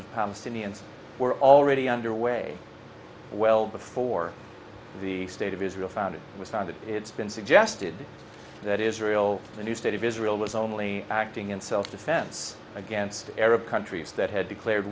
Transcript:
of palestinians were already underway well before the state of israel found it was found that it's been suggested that israel the new state of israel was only acting in self defense against arab countries that had declared